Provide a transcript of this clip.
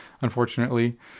unfortunately